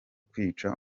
kwica